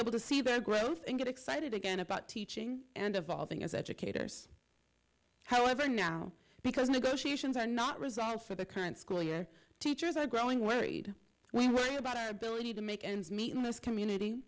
able to see their growth and get excited again about teaching and evolving as educators however now because negotiations are not results for the current school year teachers are growing worried we worry about our ability to make ends meet in this community